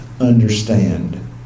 understand